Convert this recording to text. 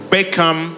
Beckham